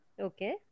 Okay